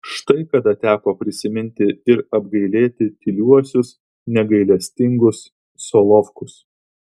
štai kada teko prisiminti ir apgailėti tyliuosius negailestingus solovkus